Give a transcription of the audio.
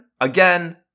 again